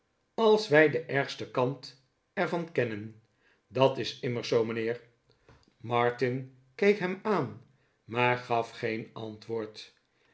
als wij den ergsten kant er van kennen dat is immers zoo mijnheer martin keek hem aan maar gaf geen antwoord